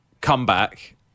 comeback